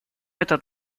этот